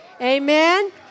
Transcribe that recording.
Amen